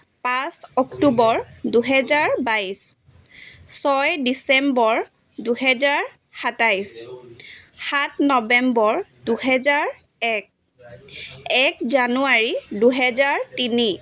পাঁচ অক্টোবৰ দুহেজাৰ বাইছ ছয় ডিচেম্বৰ দুহেজাৰ সাতাইছ সাত নৱেম্বৰ দুহেজাৰ এক এক জানুৱাৰী দুহেজাৰ তিনি